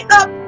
up